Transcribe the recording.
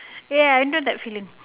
ya I know that feeling